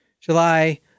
July